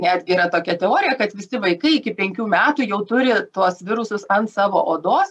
netgi yra tokia teorija kad visi vaikai iki penkių metų jau turi tuos virusus ant savo odos